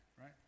right